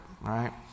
right